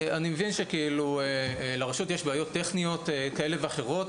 אני מבין שלרשות יש בעיות טכניות כאלה ואחרות,